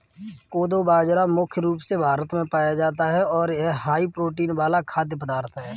कोदो बाजरा मुख्य रूप से भारत में पाया जाता है और यह हाई प्रोटीन वाला खाद्य पदार्थ है